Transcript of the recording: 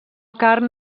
carn